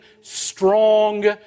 strong